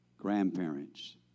grandparents